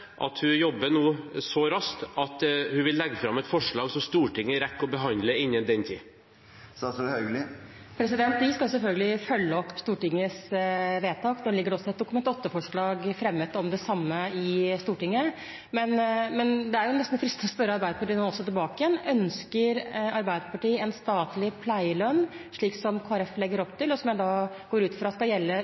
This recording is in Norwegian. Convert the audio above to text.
at hun nå jobber så raskt at hun vil legge fram et forslag som Stortinget rekker å behandle innen den tid? Vi skal selvfølgelig følge opp Stortingets vedtak. Det foreligger også et Dokument 8-forslag fremmet i Stortinget om det samme. Men det er nesten fristende å spørre Arbeiderpartiet tilbake igjen: Ønsker Arbeiderpartiet en statlig pleielønn, slik som Kristelig Folkeparti legger opp til, og som jeg går ut fra skal gjelde